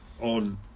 on